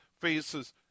faces